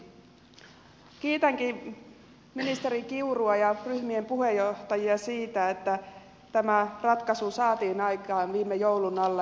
kiitänkin ministeri kiurua ja ryhmien puheenjohtajia siitä että tämä ratkaisu saatiin aikaan viime joulun alla